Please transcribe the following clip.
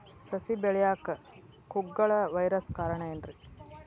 ಸಸಿ ಬೆಳೆಯಾಕ ಕುಗ್ಗಳ ವೈರಸ್ ಕಾರಣ ಏನ್ರಿ?